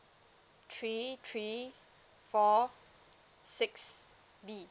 three three four six B